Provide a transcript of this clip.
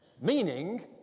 meaning